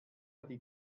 die